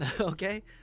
Okay